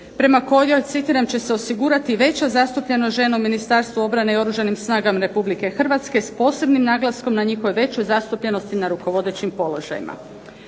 prema kojoj, citiram: "će se osigurati veća zastupljenost žena u Ministarstvu obrane i Oružanim snagama Republike Hrvatske s posebnim naglaskom na njihovu veću zastupljenost i na rukovodećim položajima".